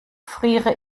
friere